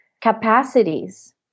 capacities